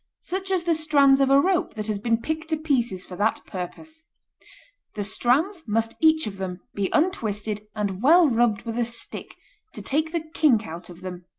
such as the strands of a rope that has been picked to pieces for that purpose the strands must each of them, be untwisted and well rubbed with a stick to take the kink out of them,